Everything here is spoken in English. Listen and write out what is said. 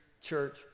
church